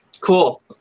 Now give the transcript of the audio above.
cool